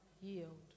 yield